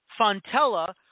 Fontella